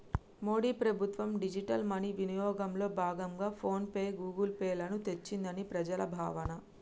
మోడీ ప్రభుత్వం digital money వినియోగంలో భాగంగా ఫోన్ పే, గూగుల్ పే లను తెచ్చిందని ప్రజల భావన